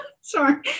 Sorry